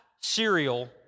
cereal